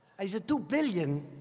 i said, two billion?